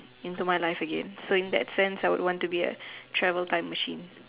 into my life again so in that sense I would want to be a travel time machine